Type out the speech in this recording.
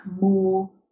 more